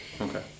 Okay